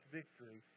victory